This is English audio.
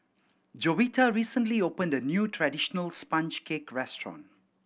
Jovita recently opened a new traditional sponge cake restaurant